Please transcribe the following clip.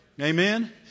Amen